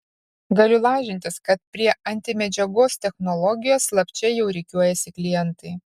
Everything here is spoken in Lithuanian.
galiu lažintis kad prie antimedžiagos technologijos slapčia jau rikiuojasi klientai